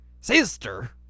Sister